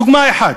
דוגמה אחת.